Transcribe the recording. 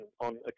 on